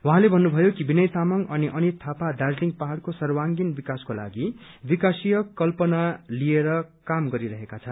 उहाँले भन्नुभयो कि विनय तामाङ अनि अनित थापा दार्जीलिङ पहाड़को सर्वागिण विकासको लागि विकासीय कल्पना लिएर काम गरिरहेका छन्